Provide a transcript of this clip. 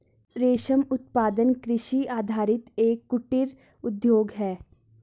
रेशम उत्पादन कृषि आधारित एक कुटीर उद्योग है